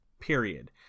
period